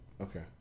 Okay